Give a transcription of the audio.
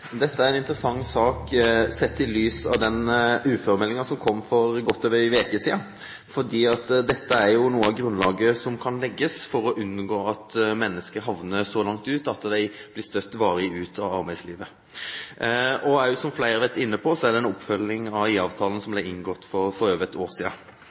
en interessant sak sett i lys av den uføremeldingen som kom for godt over en uke siden, fordi dette er noe av grunnlaget som kan legges for å unngå at mennesker havner så langt ut at de blir støtt varig ut av arbeidslivet, og, som flere har vært inne på, er det en oppfølging av IA-avtalen som ble inngått for over ett år